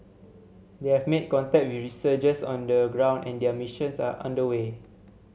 they have made contact with researchers on the ground and their missions are under way